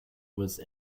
was